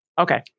okay